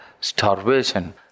starvation